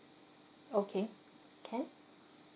okay can